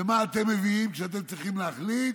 ומה אתם מביאים כשאתם צריכים להחליט?